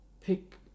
pick